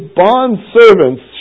bondservants